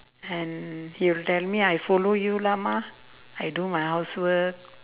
and he'll tell me I'll follow you lah ma I do my housework